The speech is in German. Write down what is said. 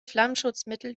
flammschutzmittel